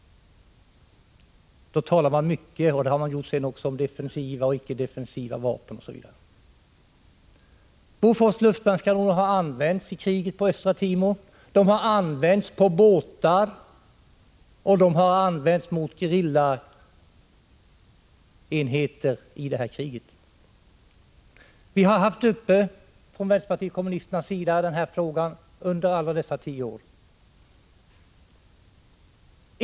Då talade man mycket — och det har man gjort sedan också — om defensiva och Bofors luftvärnskanoner har använts i kriget på Östra Timor — de har använts på båtar, och de har använts mot gerillaenheter i kriget. Vänsterpartiet kommunisterna har tagit upp den här frågan många gånger under dessa tio år.